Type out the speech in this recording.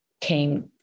came